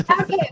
Okay